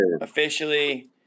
officially